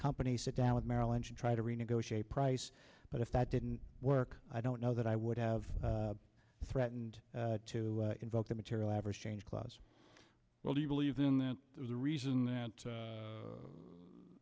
company sit down with merrill lynch and try to renegotiate price but if that didn't work i don't know that i would have threatened to invoke the material average change clause well do you believe then that there's a reason that